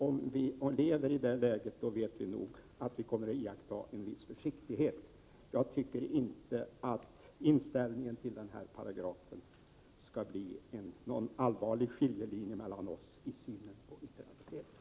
Om vi hamnar i det läget, kommer vi nog att inse att det kommer att krävas en viss försiktighet. Jag tycker inte att inställningen till denna paragraf skall behöva vara någon allvarlig skiljelinje mellan oss i synen på yttrandefriheten.